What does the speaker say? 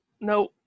no